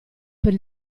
per